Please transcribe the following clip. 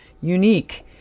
unique